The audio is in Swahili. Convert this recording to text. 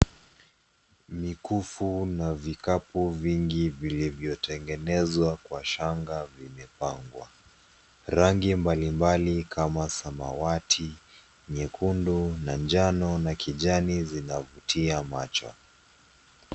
Mikufu na vikapu vingi vilivyotengenezwa kwa shanga vimepangwa. Rangi mbalimbali kama samawati, nyekundu, manjano na kijani zinavutia macho .